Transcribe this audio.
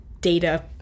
data